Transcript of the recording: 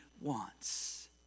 wants